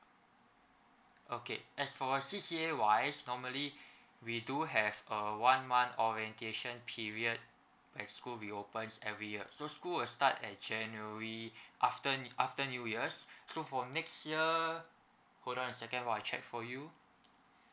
okay as for uh C_C_A wise normally we do have uh one month orientation period reopens every year so school will start at january after new after new years so for next year hold on a second while I check for you